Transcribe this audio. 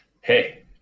hey